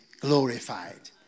glorified